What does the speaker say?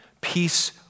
Peace